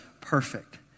perfect